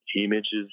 images